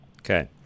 Okay